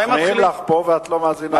מחמיאים לך פה ואת לא מאזינה.